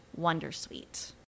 Wondersuite